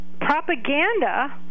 propaganda